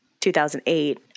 2008